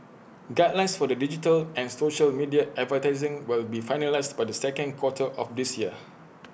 guidelines for digital and social media advertising will be finalised by the second quarter of this year